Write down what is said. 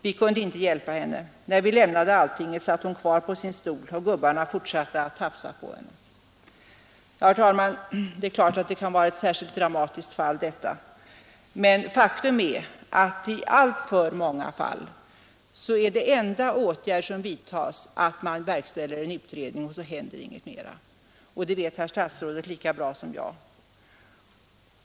Vi kunde inte hjälpa henne, När vi lämnade Alltinget satt hon kvar på sin stol och gubbarna fortsatte att tafsa på henne. Herr talman! Det är klart att detta kan vara ett särskilt dramatiskt fall, men faktum är att i alltför många fall är den enda åtgärd som vidtas att man verkställer en utredning. och sedan händer ingenting mera. Detta vet herr statsrådet lika bra som jag.